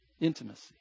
intimacy